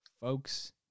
Folks